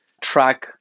track